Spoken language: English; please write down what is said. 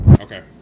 Okay